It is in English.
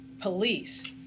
police